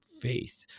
faith